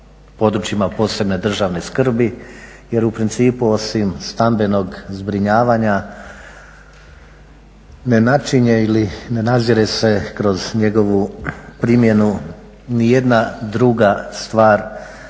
o područjima posebne državne skrbi jer u principu osim stambenog zbrinjavanja ne načinje ili ne nazire se kroz njegovu primjenu nijedna druga stvar